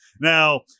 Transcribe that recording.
now